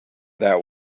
that